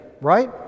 right